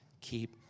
keep